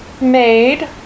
made